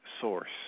source